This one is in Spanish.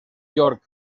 york